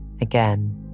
Again